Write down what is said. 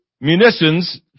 munitions